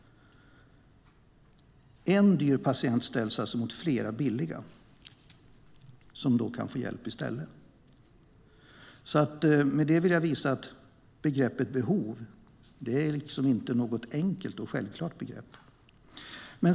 En dyr patient ställs alltså mot flera billigare som kan få hjälp i stället. Med detta vill jag visa att begreppet behov inte är något enkelt och självklart begrepp.